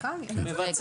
לקבלני המשנה אין